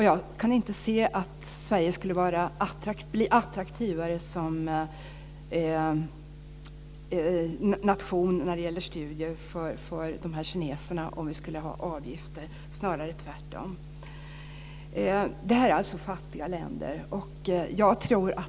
Jag kan inte se att Sverige skulle bli en attraktivare nation för studier för kineserna med avgifter, snarare tvärtom. Det är fråga om fattiga länder.